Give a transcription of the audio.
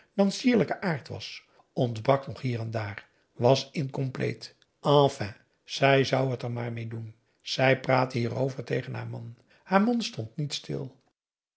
sierlijken aard was ontbrak nog hier en daar was incompleet enfin zij zou het er maar p a daum hoe hij raad van indië werd onder ps maurits mede doen zij praatte hierover tegen haar man haar mond stond niet stil